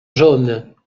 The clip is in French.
jaunes